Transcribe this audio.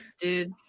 Dude